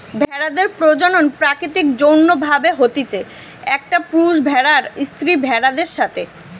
ভেড়াদের প্রজনন প্রাকৃতিক যৌন্য ভাবে হতিছে, একটা পুরুষ ভেড়ার স্ত্রী ভেড়াদের সাথে